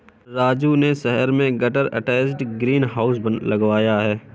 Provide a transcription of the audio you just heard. राजू ने शहर में गटर अटैच्ड ग्रीन हाउस लगाया है